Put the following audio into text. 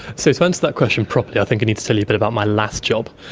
so so answer that question properly i think i need to tell you a bit about my last job,